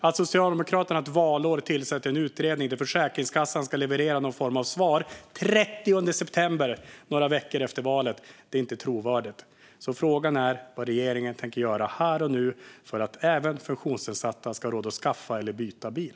Att Socialdemokraterna under ett valår tillsätter en utredning där Försäkringskassan ska leverera någon form av svar den 30 september, några veckor efter valet, är inte trovärdigt. Frågan är vad regeringen tänker göra här och nu för att även funktionsnedsatta ska ha råd att skaffa eller byta bil.